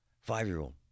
Five-year-old